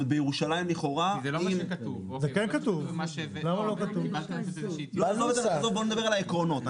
בואו נדבר על העקרונות.